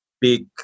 big